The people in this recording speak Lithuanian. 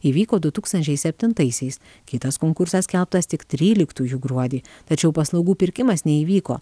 įvyko du tūkstančiai septintaisiais kitas konkursas skelbtas tik tryliktųjų gruodį tačiau paslaugų pirkimas neįvyko